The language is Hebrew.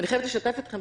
ואני חייבת לשתף אתכם,